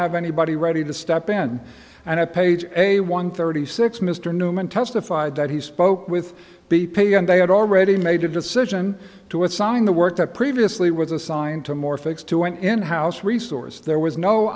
have anybody ready to step in and a page a one thirty six mr newman testified that he spoke with b p and they had already made a decision to assign the work that previously was assigned to more fix to an in house resource there was no